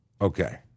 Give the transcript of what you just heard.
Okay